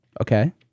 Okay